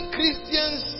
Christians